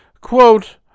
Quote